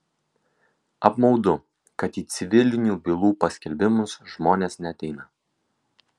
apmaudu kad į civilinių bylų paskelbimus žmonės neateina